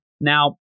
Now